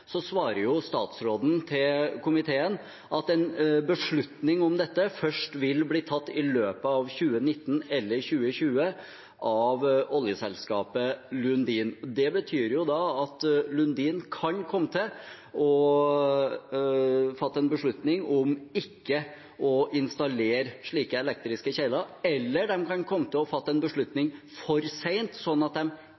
svarer statsråden til komiteen at en beslutning om dette først vil bli tatt av oljeselskapet Lundin i løpet av 2019 eller 2020. Det betyr da at Lundin kan komme til å fatte en beslutning om ikke å installere slike elektriske kjeler, eller de kan komme til å fatte en